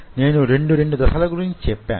నేను 2 2 దశల గురించి చెప్పాను